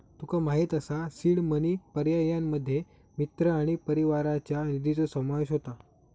तुका माहित असा seed money पर्यायांमध्ये मित्र आणि परिवाराच्या निधीचो समावेश होता